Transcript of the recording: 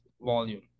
volume